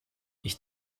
ich